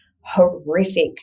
horrific